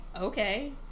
okay